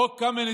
חוק קמיניץ,